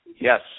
Yes